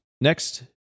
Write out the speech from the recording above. Next